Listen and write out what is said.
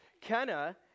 Kenna